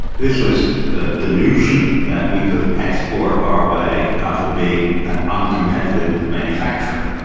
this was the delusion that we could export our way out of being an uncompetitive manufacturer.